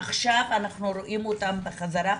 עכשיו אנחנו רואים אותם בחזרה.